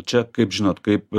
čia kaip žinot kaip